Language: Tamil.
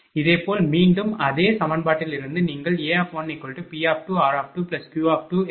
இதேபோல் மீண்டும் அதே சமன்பாட்டிலிருந்து நீங்கள் A1P2r2Q2x1 0